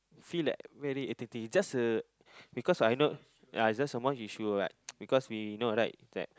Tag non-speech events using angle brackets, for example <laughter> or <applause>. feel that very irritating is just a because I know ya is just some more he should like <noise> because we know right that